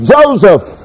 Joseph